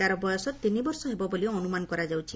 ତାର ବୟସ ତିନିବର୍ଷ ହେବ ବୋଲି ଅନୁମାନ କରାଯାଉଛି